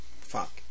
Fuck